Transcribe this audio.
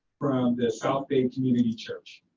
from the south bay and community church.